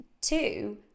two